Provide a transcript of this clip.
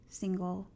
single